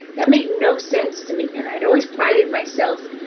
that made no sense to me and i'd always prided myself.